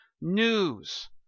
news